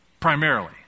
primarily